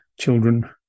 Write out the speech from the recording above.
children